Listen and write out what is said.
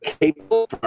capable